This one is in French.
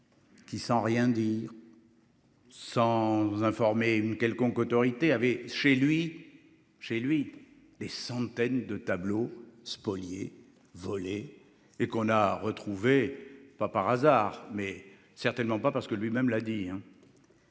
Qui sans rien dire. Sans vous informer une quelconque autorité avait chez lui, chez lui des centaines de tableaux spoliés volés et qu'on a retrouvés pas par hasard mais certainement pas parce que lui-même l'a dit